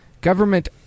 Government